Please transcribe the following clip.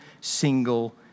single